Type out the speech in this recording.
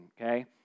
okay